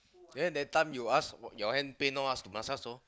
when that time you ask your hand pain loh ask to massage loh